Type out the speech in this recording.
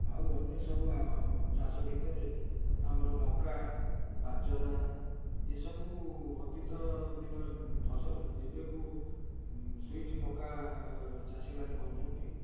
ଆଉ ଅନ୍ୟ ସବୁ ଚାଷ ଭିତରେ ଆମର ମକା ବାଜରା ଏସବୁ ଅତୀତ ଦିନରେ ଫସଲ ଏବେକୁ ସୁଇଟ୍ ମକା ଚାଷୀମାନେ କରୁଛନ୍ତି